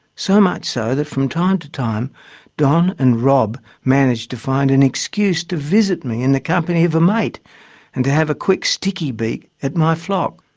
so much so that from time to time don and rob managed to find an excuse to visit me in the company of a mate and to have a quick stickybeak at my flock.